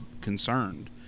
concerned